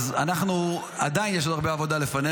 אז עדיין יש עוד הרבה עבודה לפנינו,